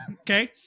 Okay